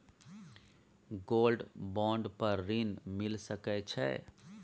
Gold bond पर ऋण मिल सके छै?